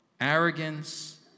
arrogance